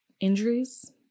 injuries